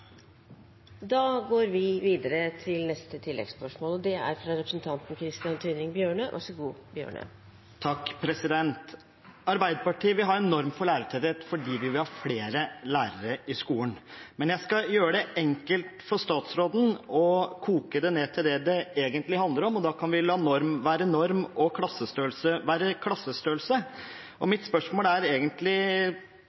Da går vi videre til neste oppfølgingsspørsmål, vær så god, Tynning Bjørnø. Arbeiderpartiet vil ha en norm for lærertetthet fordi vi vil ha flere lærere i skolen. Men jeg skal gjøre det enkelt for statsråden og koke det ned til det det egentlig handler om, og da kan vi la norm være norm og klassestørrelse være klassestørrelse.